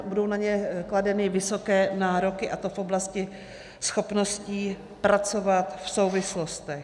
Budou na ně kladeny vysoké nároky, a to v oblasti schopností pracovat v souvislostech.